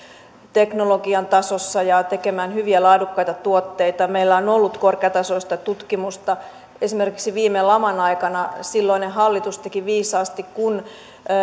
teknologian tasossa ja tekemään hyviä laadukkaita tuotteita meillä on ollut korkeatasoista tutkimusta esimerkiksi viime laman aikana silloinen hallitus teki viisaasti kun